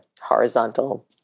horizontal